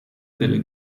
delle